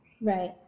right